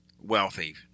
wealthy